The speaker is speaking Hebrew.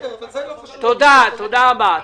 --- תודה רבה.